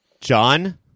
John